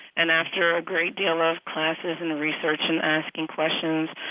and after a great deal ah of classes and research and asking questions,